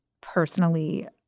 personally